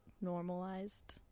normalized